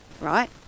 right